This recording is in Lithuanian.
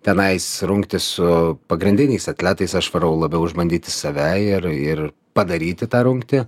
tenais rungtis su pagrindiniais atletais aš varau labiau išbandyti save ir ir padaryti tą rungtį